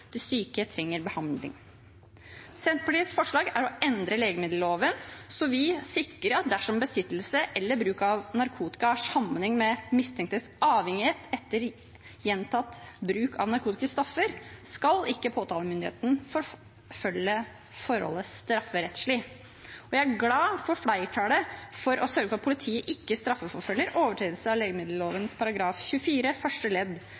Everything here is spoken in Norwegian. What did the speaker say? syke trenger behandling. Senterpartiets forslag er å endre legemiddelloven slik at vi «sikrer at dersom besittelse eller bruk av narkotika har sammenheng med mistenktes avhengighet etter gjentatt bruk av narkotiske stoffer, skal ikke påtalemyndigheten forfølge forholdet strafferettslig.» Jeg er glad for flertallet for å «sørge for at politiet ikke straffeforfølger overtredelse av legemiddelloven § 24 første ledd,